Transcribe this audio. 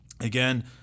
Again